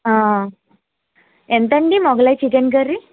ఎంత అండి Mughlai chicken curry